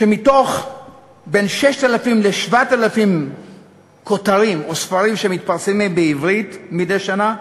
שמתוך בין 6,000 ל-7,000 כותרים או ספרים שמתפרסמים בעברית מדי שנה,